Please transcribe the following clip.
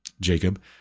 Jacob